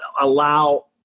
allow